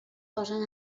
posen